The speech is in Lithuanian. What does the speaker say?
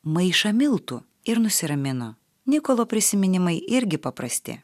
maišą miltų ir nusiramino nikolo prisiminimai irgi paprasti